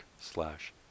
slash